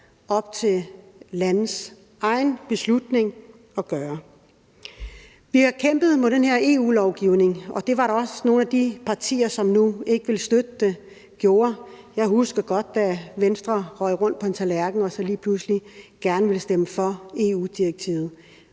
må være landets egen beslutning. Vi har kæmpet mod den her EU-lovgivning, og det var der også nogle af de partier, som nu ikke vil støtte det, som gjorde. Jeg husker godt, da Venstre vendte rundt på en tallerken og lige pludselig gerne ville stemme for EU-direktivet.